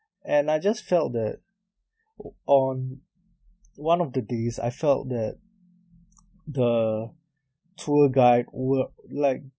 and I just felt that on one of the days I felt that the tour guide were like